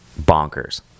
bonkers